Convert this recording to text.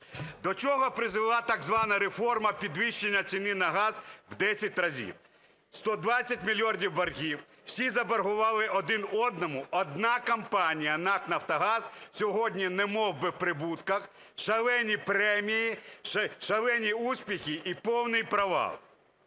До чого призвела так звана реформа - підвищення ціни на газ в 10 разів, 120 мільярдів боргів. Всі заборгували один одному, одна компанія НАК "Нафтогаз" сьогодні немовби в прибутках – шалені премії, шалені успіхи і повний провал.